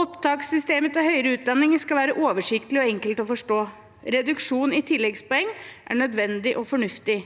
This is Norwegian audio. Opptakssystemet til høyere utdanning skal være oversiktlig og enkelt å forstå. Reduksjonen i tilleggspoeng er nødvendig og fornuftig.